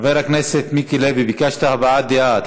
חבר הכנסת מיקי לוי, ביקשת הבעת דעה.